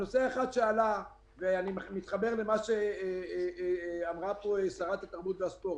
אני מתחבר למה שאמרה פה שרת התרבות והספורט.